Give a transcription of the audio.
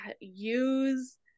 use